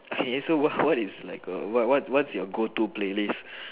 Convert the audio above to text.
okay so what what is like a what what is your go to playlist